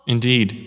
Indeed